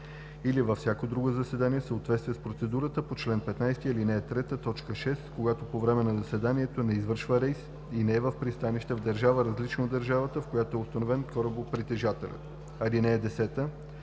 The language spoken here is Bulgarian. или във всяко друго заседание в съответствие с процедурите по чл. 15, ал. 3, т. 6, когато по време на заседанието не извършва рейс и не е в пристанище в държава, различна от държавата, в която е установен корабопритежателят. (10)